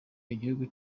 igihugu